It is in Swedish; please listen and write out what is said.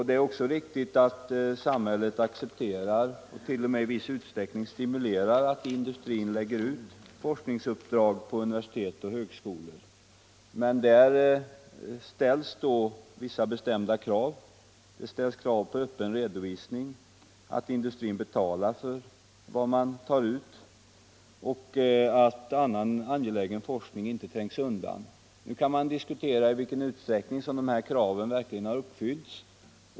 Det är också riktigt att samhället accepterar och t.o.m. i viss utsträckning stimulerar industrin att lägga ut forskningsuppdrag på universitet och högskolor. Men där ställs bestämda krav. Det ställs krav på öppen redovisning, att industrin betalar för det man tar ut och att annan angelägen forskning inte trängs undan. Nu kan man diskutera i vilken utsträckning dessa krav verkligen har uppfyllts.